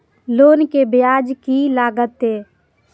Loan के ब्याज की लागते?